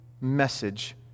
message